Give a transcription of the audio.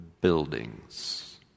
buildings